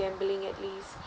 gambling at least